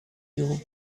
you